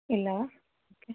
ಇಲ್ಲವಾ ಓಕೆ